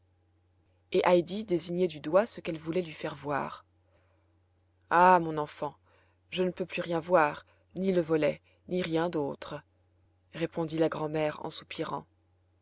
et heidi désignait du doigt ce qu'elle voulait lui faire voir ah mon enfant je ne peux plus rien voir ni le volet ni rien d'autre répondit la grand'mère en soupirant